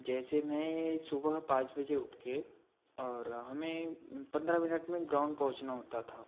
जैसे मैं सुबह पाँच बजे उठके और हमें पंद्रह मिनट में ग्राउंड पहुँचना होता था